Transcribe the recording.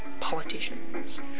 Politicians